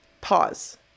pause